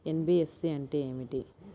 NBFC అంటే ఏమిటి?